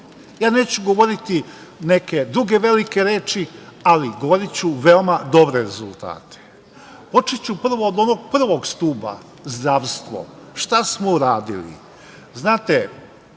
Neću govoriti neke druge velike reči, ali govoriću veoma dobre rezultate. Počeću prvo od onog prvog stuba - zdravstvo. Šta smo uradili? Znate,